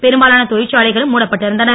பெரும்பாலான தொழில்சாலைகளும் மூடப்பட்டிருந்தன